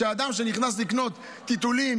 שאדם שנכנס לקנות טיטולים,